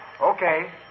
Okay